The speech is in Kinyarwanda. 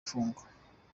afungwa